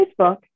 Facebook